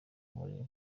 muri